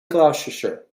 gloucestershire